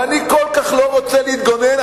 ואני כל כך לא רוצה להתגונן.